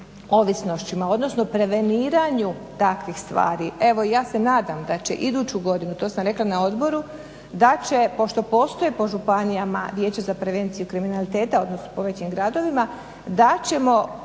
ovisnostima, odnosno preveniraju takvih stvari. Evo ja se nadam da će iduću godinu, to sam rekla na odboru, da će pošto postoje po županijama vijeće za prevenciju kriminaliteta odnosno po većim gradovima, da ćemo